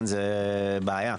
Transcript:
זה בעיה.